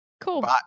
cool